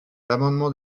l’amendement